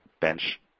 bench